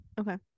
okay